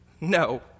No